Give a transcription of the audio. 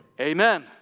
Amen